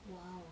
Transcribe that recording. !wow!